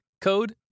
code